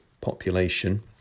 population